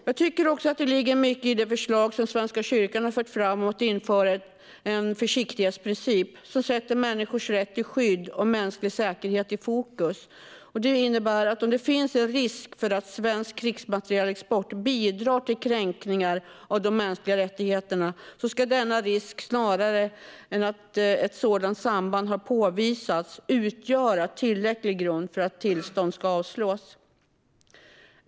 Jag tycker också att det ligger mycket i det förslag som Svenska kyrkan har fört fram om att införa en försiktighetsprincip som sätter människors rätt till skydd och mänsklig säkerhet i fokus. Det innebär att om det finns en risk för att svensk krigsmaterielexport bidrar till kränkningar av de mänskliga rättigheterna ska denna risk - snarare än att ett sådant samband har påvisats - utgöra tillräcklig grund för att tillstånd ska avslås.